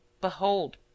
Behold